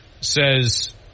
says